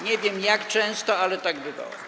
Nie wiem jak często, ale tak bywało.